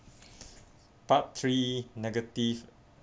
part three negative